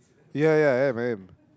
ya ya I am I am